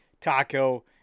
taco